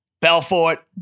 Belfort